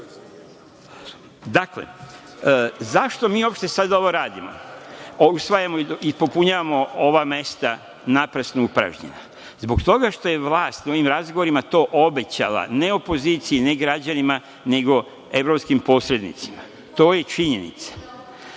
Dakle, zašto mi sada ovo radimo i usvajamo i popunjavamo ova mesta naprasno upražnjena? Zbog toga što je vlast u ovim razgovorima to obećala , ne opoziciji ne građanima, nego evropskim posrednicima. To je i činjenica.